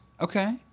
Okay